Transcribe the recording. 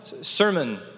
sermon